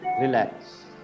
Relax